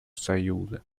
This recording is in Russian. союза